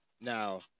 Now